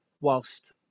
whilst